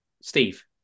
Steve